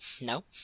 No